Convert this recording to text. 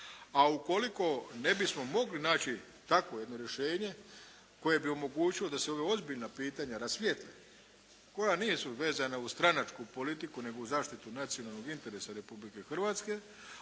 a ukoliko ne bismo mogli naći takvo jedno rješenje koje bi omogućilo da se ova ozbiljna pitanja rasvijetle koja nisu vezana uz stranačku politiku, nego uz zaštitu nacionalnog interesa Republike Hrvatske